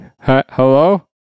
Hello